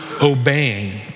obeying